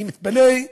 אני מתפלא: